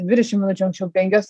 dvidešim minučių anksčiau penkios